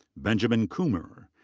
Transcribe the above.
benjamin coomer.